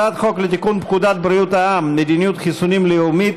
הצעת חוק לתיקון פקודת בריאות העם (מדיניות חיסונים לאומית